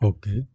Okay